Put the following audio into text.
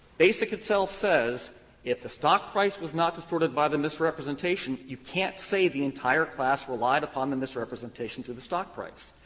basic itself says if the stock price was not distorted by the misrepresentation, you can't say the entire class relied upon the misrepresentation to the stock price.